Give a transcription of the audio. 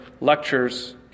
lectures